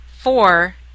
four